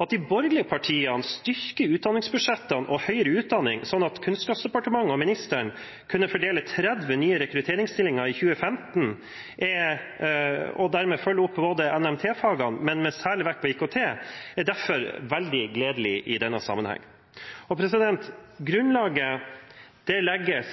At de borgerlige partiene styrker utdanningsbudsjettene og høyere utdanning slik at Kunnskapsdepartementet og ministeren kunne fordele 30 nye rekrutteringsstillinger i 2015, og dermed følge opp MNT-fagene med særlig vekt på IKT, er derfor veldig gledelig i denne sammenheng. Grunnlaget legges